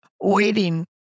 waiting